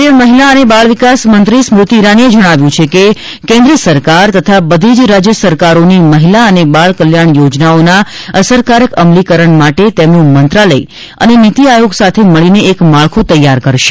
કેન્દ્રિય મહિલા અને બાળ વિકાસ મંત્રી સ્મૃતી ઇરાનીએ જણાવ્યું છે કે કેન્દ્ર સરકાર તથા બધી જ રાજય સરકારોની મહિલા અને બાળ કલ્યાણ યોજનાઓના અસરકારક અમલીકરણ માટે તેમનું મંત્રાલય અને નીતી આયોગ સાથે મળીને એક માળખું તૈયાર કરશે